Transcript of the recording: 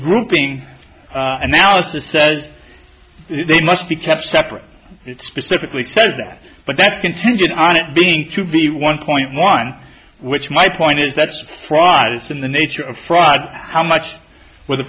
grouping analysis says they must be kept separate it specifically says that but that's contingent on it being to be one point one which my point is that's fraud it's in the nature of fraud how much where the